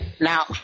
Now